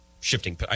shifting